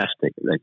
fantastic